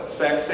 sex